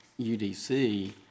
UDC